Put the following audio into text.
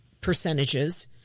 percentages